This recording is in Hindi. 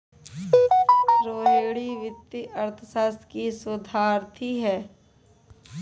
रोहिणी वित्तीय अर्थशास्त्र की शोधार्थी है